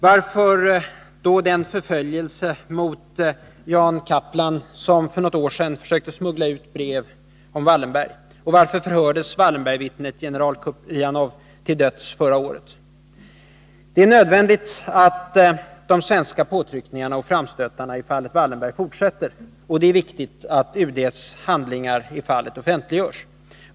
Varför förföljdes Jan Kaplan, som för något år sedan försökte smuggla ut ett brev om Wallenberg? Varför förhördes Wallenbergvittnet general Kuprianov till döds förra året? Det är nödvändigt att de svenska påtryckningarna och framstötarna i fallet Wallenberg fortsätter. Och det är viktigt att UD:s handlingar i fallet offentliggörs.